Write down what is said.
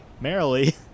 merrily